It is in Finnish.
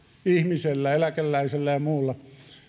ihmisellä eläkeläisellä ja muulla